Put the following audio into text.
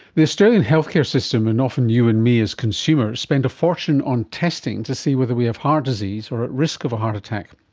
the australian healthcare system and often you and me as consumers spend a fortune on testing to see whether we have heart disease or are at risk of a heart attack.